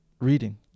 Reading